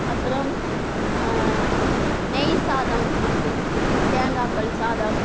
அப்புறம் நெய் சாதம் பிடிக்கும் தேங்காய்பால் சாதம்